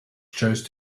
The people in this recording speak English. chose